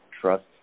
trust